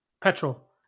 petrol